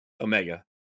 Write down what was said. Omega